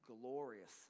glorious